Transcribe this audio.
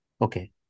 Okay